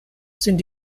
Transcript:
sind